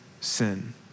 sin